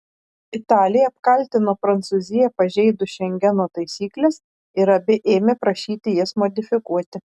italija apkaltino prancūziją pažeidus šengeno taisykles ir abi ėmė prašyti jas modifikuoti